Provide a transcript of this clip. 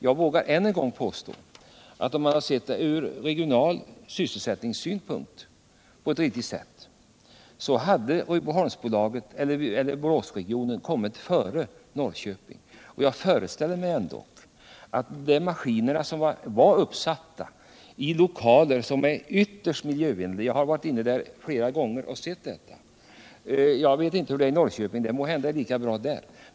| Jag vågar än en gång påstå att om man hade sett problemet på ett från 107 regional sysselsättningssynpunkt riktigt sätt hade Boråsregionen kommit före Norrköping. Det gäller maskiner i lokaler som är ytterst miljövänliga — jag har varit där flera gånger och sett detta, men jag vet inte hur det är i Norrköping — det är måhända lika bra där.